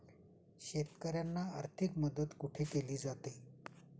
शेतकऱ्यांना आर्थिक मदत कुठे केली जाते?